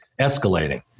escalating